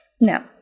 Now